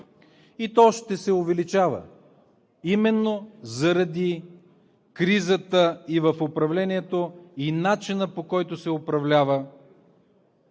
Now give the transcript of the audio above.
и то ще се увеличава именно заради кризата в управлението и в начина, по който се управлява,